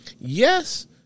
Yes